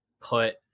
put